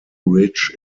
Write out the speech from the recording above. ridge